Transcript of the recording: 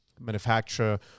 manufacturer